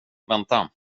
vänta